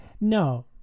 no